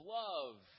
love